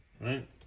right